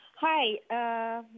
Hi